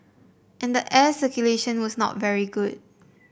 and the air circulation was not very good